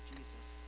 Jesus